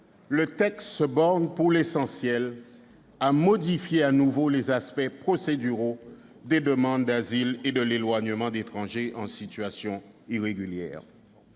le texte se borne, pour l'essentiel, à modifier de nouveau les aspects procéduraux des demandes d'asile et d'éloignement d'étrangers en situation irrégulière.